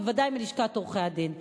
בוודאי מלשכת עורכי-הדין.